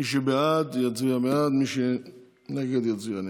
מי שבעד, יצביע בעד, מי שנגד, יצביע נגד.